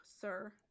sir